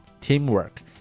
Teamwork